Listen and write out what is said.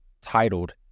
titled